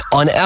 on